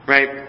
Right